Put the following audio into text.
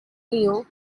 leo